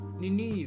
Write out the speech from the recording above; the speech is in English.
nini